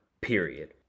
Period